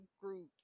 groups